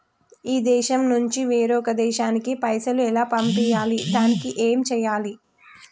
ఈ దేశం నుంచి వేరొక దేశానికి పైసలు ఎలా పంపియ్యాలి? దానికి ఏం చేయాలి?